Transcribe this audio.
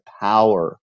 power